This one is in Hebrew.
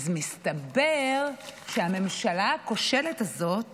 אז מסתבר שהממשלה הכושלת הזאת